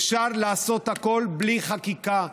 אפשר לעשות הכול בלי חקיקה,